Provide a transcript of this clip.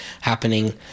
happening